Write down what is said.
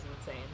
insane